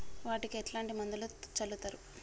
వాటికి ఎట్లాంటి మందులను చల్లుతరు?